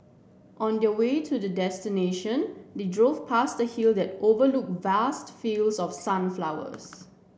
on the way to their destination they drove past a hill that overlook vast fields of sunflowers